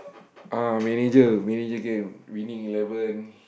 uh manager manager game Winning-Eleven